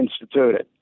instituted